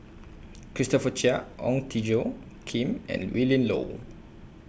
Christopher Chia Ong Tjoe Kim and Willin Low